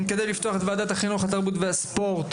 אני מתכבד לפתוח את ועדת החינוך התרבות והספורט,